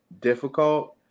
difficult